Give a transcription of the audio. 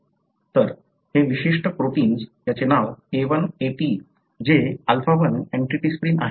तर हे विशिष्ट प्रोटिन ज्याचे नाव A1AT जे अल्फा 1 अँटिट्रिप्सिन आहे